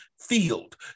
field